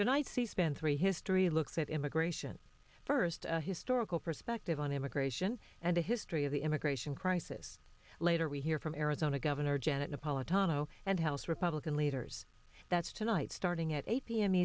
tonight c span three history looks at immigration first historical perspective on immigration and the history of the immigration crisis later we hear from arizona governor janet napolitano and house republican leaders that's tonight starting at eight p